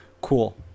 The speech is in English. Cool